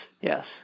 yes